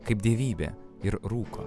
kaip dievybė ir rūko